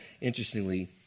interestingly